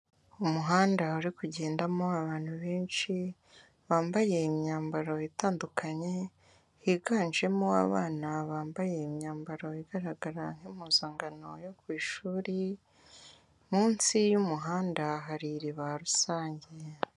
Umuhanda uri kugendamo abantu benshi bambaye imyambaro itandukanye, higanjemo abana bambaye imyambaro igaragara nk'impuzankano yo ku ishuri, munsi y'umuhanda hari iriba rusange.